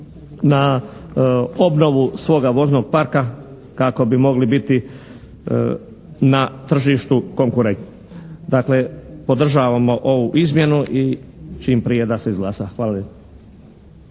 na obnovu svoga voznog parka, kako bi mogli biti na tržištu konkurentni. Dakle, podržavamo ovu izmjenu i čim prije da se izglasa. Hvala